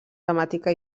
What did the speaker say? temàtica